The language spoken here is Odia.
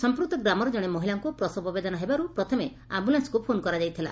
ସଂପୂକ୍ତ ଗ୍ରାମର ଜଣେ ମହିଳାଙ୍କୁ ପ୍ରସବ ବେଦନା ହେବାରୁ ପ୍ରଥମେ ଆମ୍ଚୁଲେନ୍ୱକୁ ଫୋନ କରିଥିଲେ